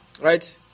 right